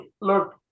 look